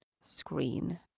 screen